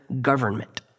government